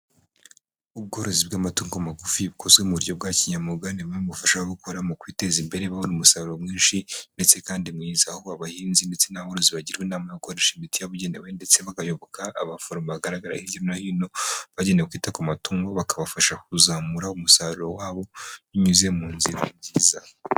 Ubworozi bw'amatungo magufi bukozwe mu buryo bwa kinyamwuga ni bumwe bufasha gukora mu kwiteza imbere babona umusaruro mwinshi ndetse kandi mwiza. Aho abahinzi ndetse n'aborozi bagirwa inama yo gukoresha imiti yabugenewe ndetse bakayoboka abaforomo bagaragara hirya no hino bagenewe kwita ku matungo bakabafasha kuzamura umusaruro wabo binyuze mu nzira nziza.